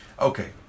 Okay